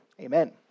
Amen